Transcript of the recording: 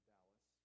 Dallas